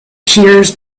cures